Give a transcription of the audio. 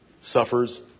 suffers